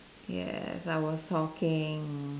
yes I was talking